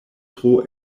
tro